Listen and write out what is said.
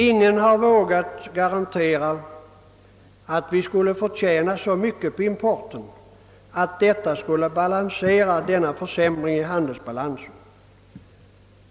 Ingen har vågat garantera att vi skulle förtjäna så mycket på importen att det skulle balansera denna försämring i handelsbalansen.